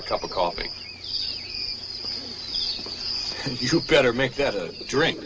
a cup of coffee you better make that a drink